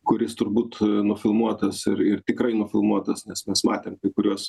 kuris turbūt nufilmuotas ir ir tikrai nufilmuotas nes mes matėm kai kuriuos